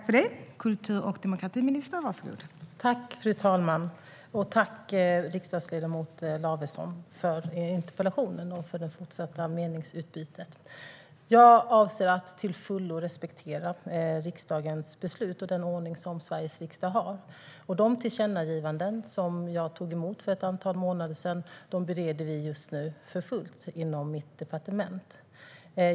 Fru talman! Tack, riksdagsledamot Lavesson, för interpellationen och för det fortsatta meningsutbytet! Jag avser att till fullo respektera riksdagens beslut och den ordning som Sveriges riksdag har. De tillkännagivanden som jag tog emot för ett antal månader sedan bereder vi just nu för fullt inom mitt departement.